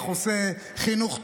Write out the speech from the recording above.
עושה חינוך טוב,